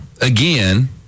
again